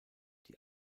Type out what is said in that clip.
die